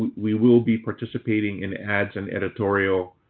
we will be participating in ads and editorial